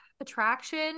Attraction